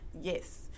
yes